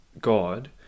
God